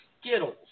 Skittles